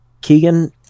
Keegan